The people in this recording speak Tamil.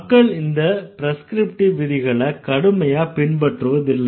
மக்கள் இந்த ப்ரெஸ்க்ரிப்டிவ் விதிகளை கடுமையா பின்பற்றுவதில்லை